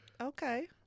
Okay